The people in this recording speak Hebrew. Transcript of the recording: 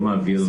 לא מעביר,